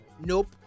Nope